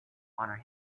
honour